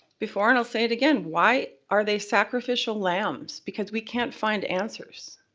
before and i'll say it again, why are they sacrificial lambs because we can't find answers?